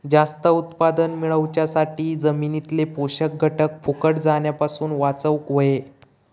जास्त उत्पादन मेळवच्यासाठी जमिनीतले पोषक घटक फुकट जाण्यापासून वाचवक होये